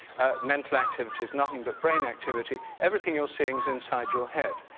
mental activity is nothing but brain activity, everything you're seeing is inside your head.